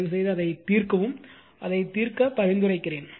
தயவுசெய்து அதை தீர்க்கவும் அதை தீர்க்க பரிந்துரைக்கிறேன்